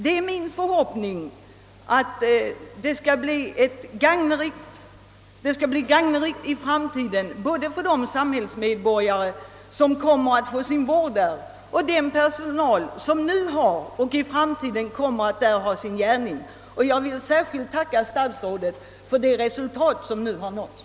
Det är min förhoppning att beslutet skall visa sig gagnerikt såväl för de samhällsmedborgare, vilka kommer att få sin vård på Karsudden, som för den personal som nu och i framtiden där kommer att ha sin gärning. Jag vill tacka för det resultat som uppnåtts.